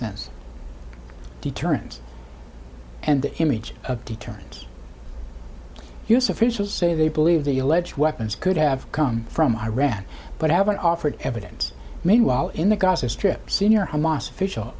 hens deterrence and the image of deterrence u s officials say they believe the alleged weapons could have come from iran but haven't offered evidence meanwhile in the gaza strip senior hamas official